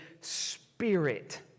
Spirit